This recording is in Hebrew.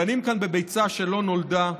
דנים כאן בביצה שלא נולדה.